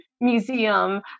Museum